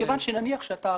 נניח אתה הגמ"ח.